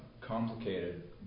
complicated